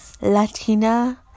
Latina